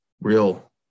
real